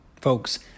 Folks